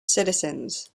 citizens